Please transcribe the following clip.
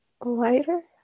lighter